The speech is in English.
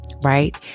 Right